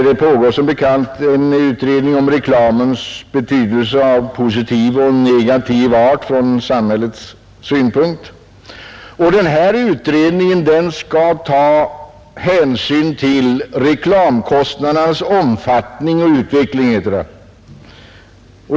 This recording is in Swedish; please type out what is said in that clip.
Det pågår som bekant en utredning om reklamens betydelse i positiv och negativ riktning från samhällets synpunkt, och denna utredning skall, som det heter, ta hänsyn till reklamkostnadernas omfattning och utveckling.